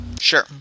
Sure